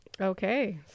Okay